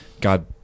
God